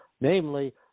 Namely